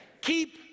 Keep